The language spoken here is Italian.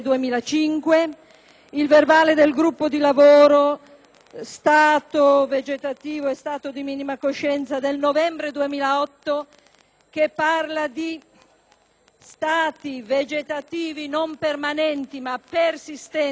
«Stato vegetativo e stato di minima coscienza» del novembre 2008 che parla di stati vegetativi non permanenti, ma persistenti, definiti «potenzialmente reversibili»